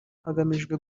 hagamijwe